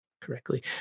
correctly